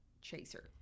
chaser